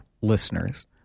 listeners